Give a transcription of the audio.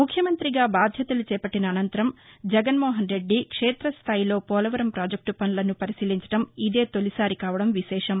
ముఖ్యమంత్రిగా బాధ్యతలు చేపట్టిన అనంతరం జగన్మోహన్రెడ్డి క్షేతస్టాయిలో పోలవరం ప్రాజెక్ట పనులను పరిశీలించడం ఇదే తొలిసారి కావడం విశేషం